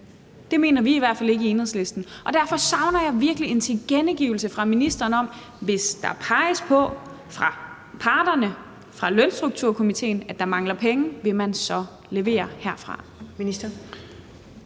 Det mener vi i hvert fald ikke i Enhedslisten. Og derfor savner jeg virkelig en tilkendegivelse fra ministeren om, at hvis der fra parterne, fra lønstrukturkomitéen, peges på, at der mangler penge, vil man så levere herfra?